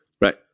Right